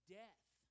death